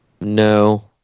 No